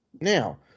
Now